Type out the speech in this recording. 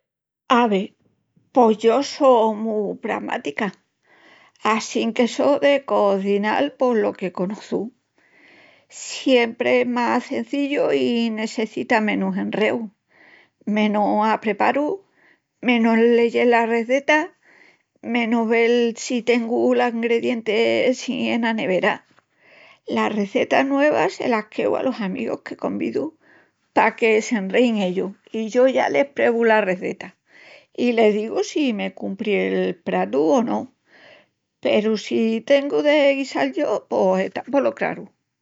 Ave, pos yo só mu pramática. Assín que só de cozinal pos lo que conoçu. Siempre es más cenzillu i nessecita menus enreu, menus apreparus, menus leyel la rezeta, menus vel si tengu l'agredienti essi ena nevera. Las rezetas nuevas se las queu alos amigus que convidu paque s'enrein ellus i ya yo les prevu la rezeta i les digu si me cumpri el pratu o no, peru si tengu de guisal yo pos está polo craru.